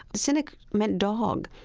cynic meant dog.